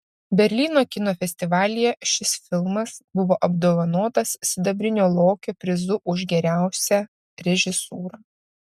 berlyno kino festivalyje šis filmas buvo apdovanotas sidabrinio lokio prizu už geriausią režisūrą